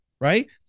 Right